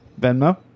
Venmo